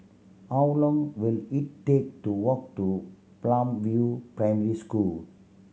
how long will it take to walk to Palm View Primary School